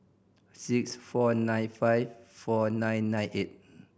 six four nine five four nine nine eight